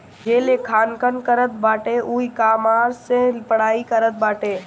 जे लेखांकन करत बाटे उ इकामर्स से पढ़ाई करत बाटे